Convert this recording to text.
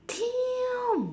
damn